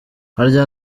harya